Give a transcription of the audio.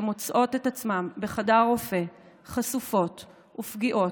שמוצאות את עצמן בחדר רופא חשופות ופגיעות,